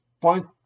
point